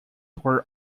were